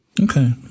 Okay